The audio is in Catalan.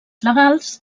legals